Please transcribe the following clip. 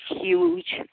huge